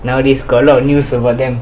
nowadays got a lot of news about them